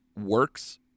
works